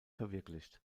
verwirklicht